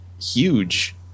huge